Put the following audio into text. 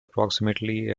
approximately